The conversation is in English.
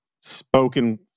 spoken